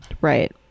Right